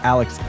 Alex